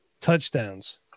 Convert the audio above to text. touchdowns